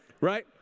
right